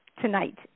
tonight